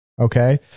okay